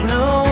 no